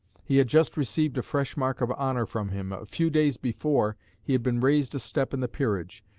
he had just received a fresh mark of honour from him a few days before he had been raised a step in the peerage,